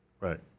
Right